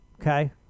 Okay